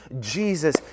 Jesus